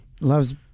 Loves